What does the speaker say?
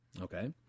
Okay